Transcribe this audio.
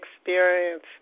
experience